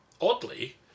Oddly